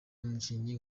umukinnyi